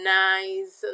nice